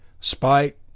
spite